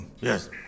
Yes